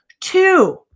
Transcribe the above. Two